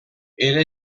era